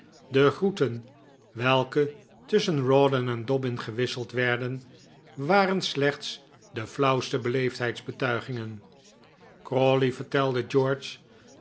de groeten welke tusschen rawdon en dobbin gewisseld werden waren slcchts de flauwste beleefdheidsbetuigingen crawley vertelde